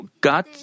God